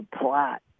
plot